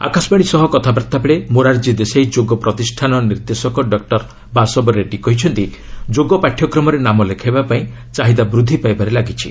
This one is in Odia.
ଆକାଶବାଣୀ ସହ କଥାବାର୍ତ୍ତାବେଳେ ମୋରାର୍ଚ୍ଚୀ ଦେଶାଇ ଯୋଗ ପ୍ରତିଷ୍ଠାନ ନିର୍ଦ୍ଦେଶକ ଡକ୍ଟର ବାସବ ରେଡ଼ୁୀ କହିଛନ୍ତି ଯୋଗ ପାଠ୍ୟକ୍ରମରେ ନାମ ଲେଖାଇବାପାଇଁ ଚାହିଦା ବୃଦ୍ଧି ପାଇବାରେ ଲାଗିଛି